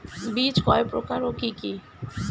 বীজ কয় প্রকার ও কি কি?